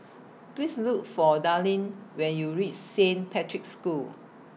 Please Look For Darlyne when YOU REACH Saint Patrick's School